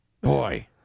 Boy